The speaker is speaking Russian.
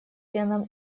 членом